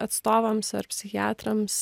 atstovams ar psichiatrams